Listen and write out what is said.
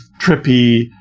trippy